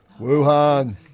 Wuhan